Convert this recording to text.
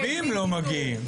רבים לא מגיעים.